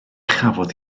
chafodd